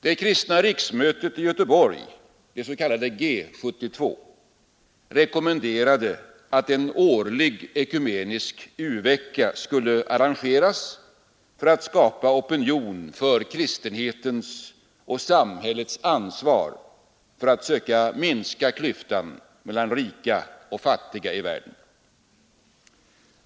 Det kristna riksmötet i Göteborg, det s.k. G 72, rekommenderade att en årlig ekumenisk u-vecka skulle arrangeras för att skapa opinion för kristenhetens och samhällets ansvar för att söka minska klyftorna mellan rika och fattiga i världen.